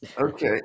Okay